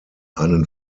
einen